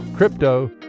Crypto